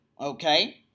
Okay